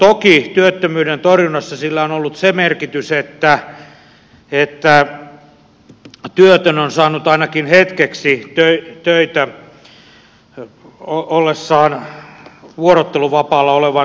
toki työttömyyden torjunnassa sillä on ollut se merkitys että työtön on saanut ainakin hetkeksi töitä ollessaan vuorotteluvapaalla olevan sijaisena